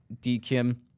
DKIM